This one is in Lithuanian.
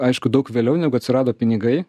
aišku daug vėliau negu atsirado pinigai